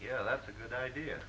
yeah that's a good idea